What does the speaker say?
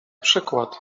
przykład